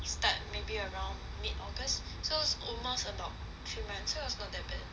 it start maybe around mid august so almost about three months so it's not that bad